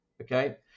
okay